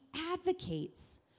advocates